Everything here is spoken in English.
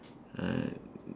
uh